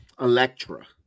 Electra